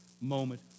moment